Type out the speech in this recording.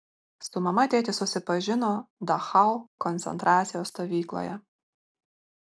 su mama tėtis susipažino dachau koncentracijos stovykloje